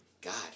God